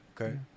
okay